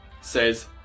says